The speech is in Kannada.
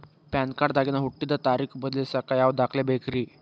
ಪ್ಯಾನ್ ಕಾರ್ಡ್ ದಾಗಿನ ಹುಟ್ಟಿದ ತಾರೇಖು ಬದಲಿಸಾಕ್ ಯಾವ ದಾಖಲೆ ಬೇಕ್ರಿ?